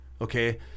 okay